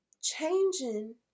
changing